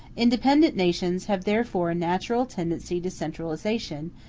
independent nations have therefore a natural tendency to centralization,